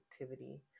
activity